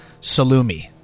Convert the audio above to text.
salumi